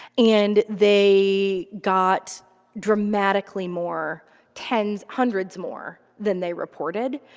and they got dramatically more tens hundreds more than they reported.